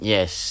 Yes